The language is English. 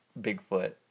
Bigfoot